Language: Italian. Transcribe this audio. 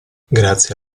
grazie